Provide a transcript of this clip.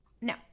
no